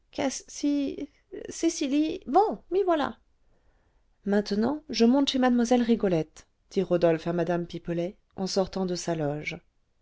caci cecily bon m'y voilà maintenant je monte chez mlle rigolette dit rodolphe à mme pipelet en sortant de sa loge